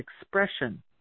expression